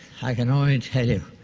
i can only tell you,